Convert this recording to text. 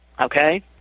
okay